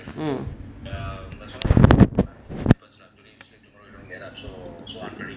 mm